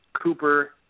Cooper